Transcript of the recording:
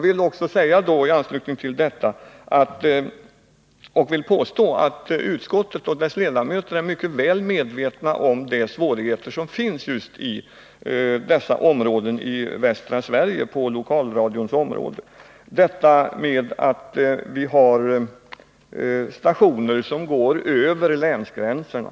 I anslutning till detta vill jag också påstå att utskottets ledamöter är väl medvetna om de svårigheter som finns i Västsverige på lokalradions område, bl.a. de problem som sammanhänger med att vi har stationer som går över länsgränserna.